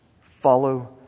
follow